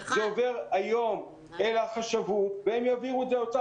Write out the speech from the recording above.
זה עובר היום לחשבות והם יעבירו את זה לאוצר.